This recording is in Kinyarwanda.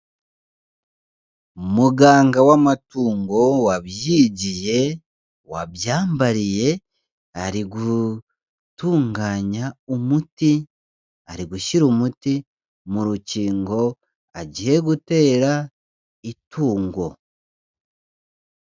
Muganga w'amatungo wabyigiye, wabyambariye, ari gutunganya umuti, ari gushyira umuti mu rukingo agiye gutera itungo.